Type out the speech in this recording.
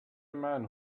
man